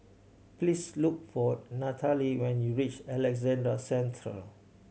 please look for Nathaly when you reach Alexandra Central